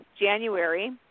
January